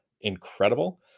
incredible